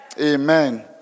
Amen